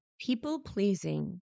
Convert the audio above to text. people-pleasing